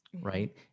right